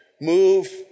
move